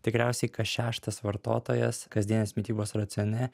tikriausiai kas šeštas vartotojas kasdienės mitybos racione